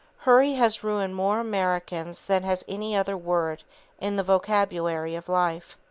hurry has ruined more americans than has any other word in the vocabulary of life.